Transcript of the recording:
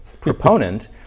proponent